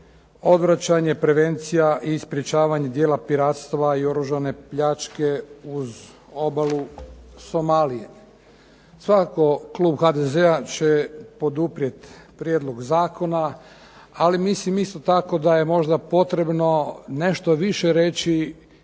odvraćanje, prevencija i sprečavanje djela piratstva i oružane pljačke uz obalu Somalije. Svakako klub HDZ-a će poduprijeti prijedlog zakona. Ali mislim isto tako da je možda potrebno nešto više reći